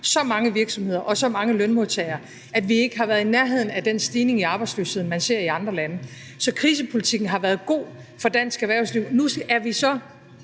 så mange virksomheder og så mange lønmodtagere, at vi ikke har været i nærheden af den stigning i arbejdsløsheden, man ser i andre lande. Så krisepolitikken har været god for dansk erhvervsliv. Når vi når